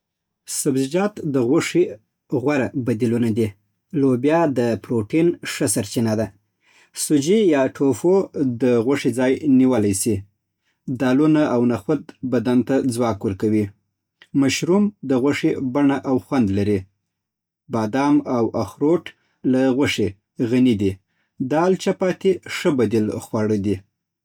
سبزيجات د غوښې غوره بدیلونه دي. لوبیا د پروټین ښه سرچینه ده. سوجي یا ټوفو د غوښې ځای نیولی شي. دالونه او نخود بدن ته ځواک ورکوي. مشروم د غوښې بڼه او خوند لري. بادام او اخروټ له غوښې غني دي. دال چپاتي ښه بدیل خواړه دي